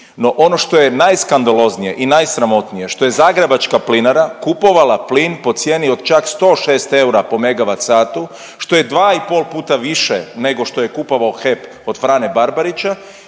ono što je najskandaloznije i najsramotnije što je Zagrebačka plinara kupovala plin po cijeni od čak 106 eura po MWh, što je dva i pol puta više nego što je kupovao HEP od Frane Barbarića